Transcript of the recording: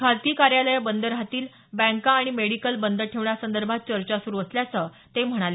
खासगी कार्यालयं बंद राहतील बँका आणि मेडिकल बंद ठेवण्यासंदर्भात चर्चा सुरु असल्याचं ते म्हणाले